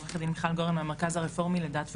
עורכת דין מיכל גורן מהמרכז הרפורמי לדת ומדינה.